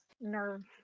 nerve